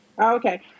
Okay